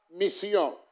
misión